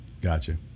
Gotcha